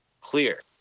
clear